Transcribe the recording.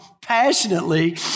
passionately